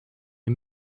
wie